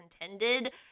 intended